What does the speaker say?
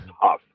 tough